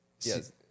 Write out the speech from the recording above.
Yes